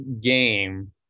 game